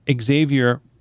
Xavier